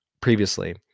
previously